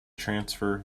transfer